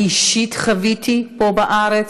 אני אישית חוויתי פה בארץ,